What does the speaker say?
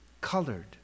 colored